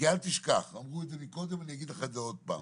כי אל תשכח, אמרו את זה קודם, אני אגיד לך עוד פעם